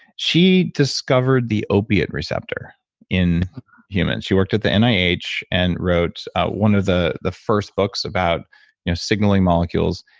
she discovered the opiate receptor in humans. she worked at the nih and wrote one of the the first books about you know signaling molecules,